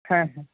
হ্যাঁ হ্যাঁ